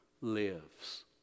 lives